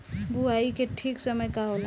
बुआई के ठीक समय का होला?